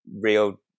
real